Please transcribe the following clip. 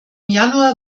januar